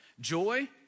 Joy